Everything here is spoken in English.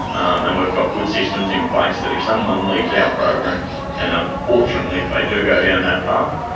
um and we've got good systems in place that if someone leaves our program and unfortunately if they do go down that path,